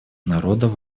народов